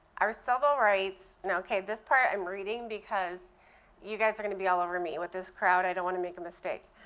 our civil rights and okay, this part i'm reading because you guys are going to be all over me. with this crowd, i don't want to make a mistake